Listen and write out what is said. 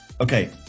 Okay